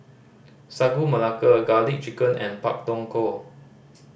Sagu Melaka Garlic Chicken and Pak Thong Ko